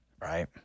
right